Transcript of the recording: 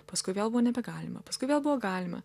paskui vėl buvo nebegalima paskui vėl buvo galima